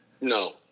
No